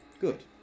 good